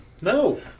No